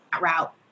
route